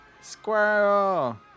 Squirrel